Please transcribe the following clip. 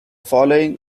following